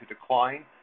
decline